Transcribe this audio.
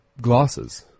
glasses